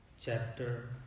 chapter